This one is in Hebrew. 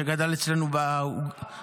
שגדל אצלנו באגודה,